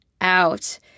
out